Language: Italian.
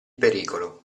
pericolo